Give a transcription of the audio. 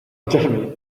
ducharme